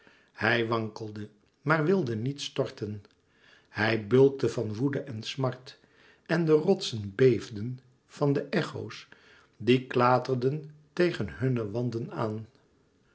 hij wankelde maar wilde niet storten hij bulkte van woede en smart en de rotsen beefden van de echo's die klaterden tegen hunne wanden aan